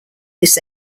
this